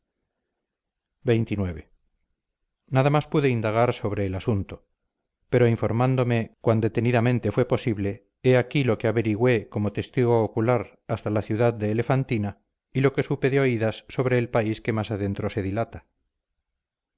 xxix nada más pude indagar sobre el asunto pero informándome cuan detenidamente fue posible he aquí lo que averiguó como testigo ocular hasta la ciudad de elefantina y lo que supe de oídas sobre el país que más adentro se dilata